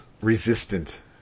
resistant